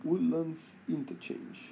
woodlands interchange